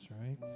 right